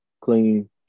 clean